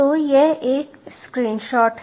तो यह एक स्क्रीनशॉट है